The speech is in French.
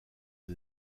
des